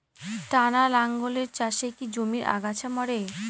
টানা লাঙ্গলের চাষে কি জমির আগাছা মরে?